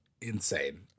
insane